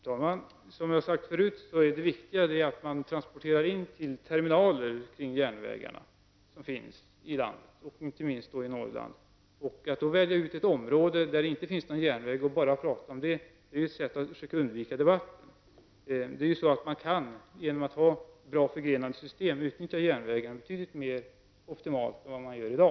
Herr talman! Som jag tidigare sagt är det viktiga att godset transporteras in till terminaler intill de järnvägar som finns i landet, inte minst i Norrland. Att då välja ut ett område där det inte finns någon järnväg och tala enbart om detta är ett sätt att försöka undvika debatt. Genom att ha bra förgrenade system kan man utnyttja järnvägen betydligt bättre än vad man gör i dag.